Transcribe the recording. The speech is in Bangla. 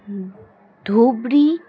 ধুবড়ী